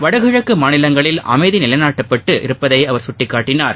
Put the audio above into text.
வடகிழக்கு மாநிலங்களில் அமைதி நிலைநாட்டப்பட்டு இருப்பதை அவர் சுட்டிக்காட்டினார்